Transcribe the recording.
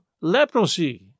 leprosy